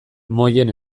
mojen